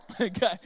Okay